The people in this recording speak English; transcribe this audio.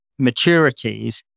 maturities